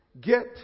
get